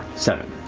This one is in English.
seven,